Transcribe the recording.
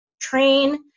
train